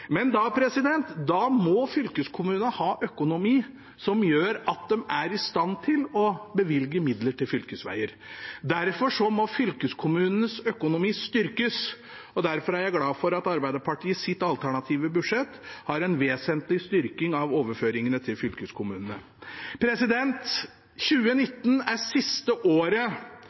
Men da må fylkeskommunene ha økonomi som gjør at de er i stand til å bevilge midler til fylkesveier. Derfor må fylkeskommunenes økonomi styrkes, og derfor er jeg glad for at Arbeiderpartiet i sitt alternative budsjett har en vesentlig styrking av overføringene til fylkeskommunene. 2019 er det siste året